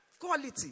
Quality